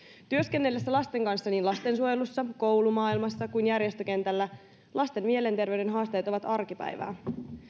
työskenneltäessä lasten kanssa niin lastensuojelussa koulumaailmassa kuin järjestökentällä lasten mielenterveyden haasteet ovat arkipäivää